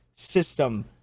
System